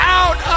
out